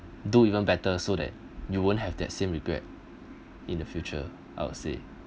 do even better so that you won't have that same regret in the future I would say